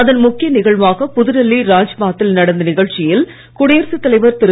அதன் முக்கிய நிகழ்வாக புதுடெல்லி ராஜ்பாத்தில் நடந்த நிகழ்ச்சியில் குடியரசுத் தலைவர் திரு